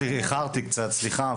איחרתי קצת, סליחה.